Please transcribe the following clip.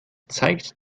zeigt